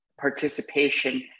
participation